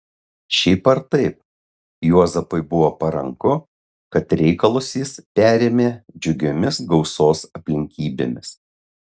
šiaip ar taip juozapui buvo paranku kad reikalus jis perėmė džiugiomis gausos aplinkybėmis